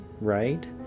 right